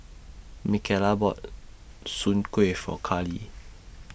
Micaela bought Soon Kueh For Karly